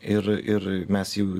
ir ir mes jau